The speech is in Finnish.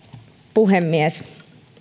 puhemies